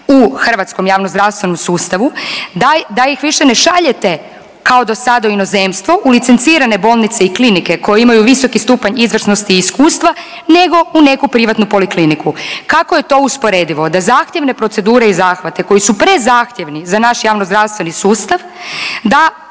u hrvatskom javno-zdravstvenom sustavu da ih više ne šaljete kao do sada u inozemstvo u licencirane bolnice i klinike koje imaju visoki stupanj izvrsnosti i iskustva, nego u neku privatnu polikliniku. Kako je to usporedivo da zahtjevne procedure i zahvate koji su prezahtjevni za naš javno-zdravstveni sustav, da